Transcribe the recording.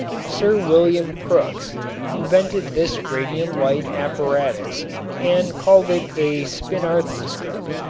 sir william crookes invented this radium light apparatus and called it a spinthariscope,